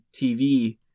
tv